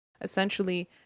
essentially